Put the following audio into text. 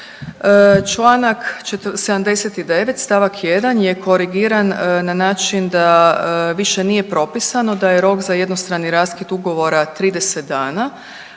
Članak 79. stavak 1. je korigiran na način da više nije propisano da je rok za jednostrani raskid ugovora 30 dana